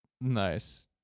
Nice